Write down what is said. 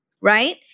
right